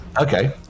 Okay